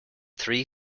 three